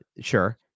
Sure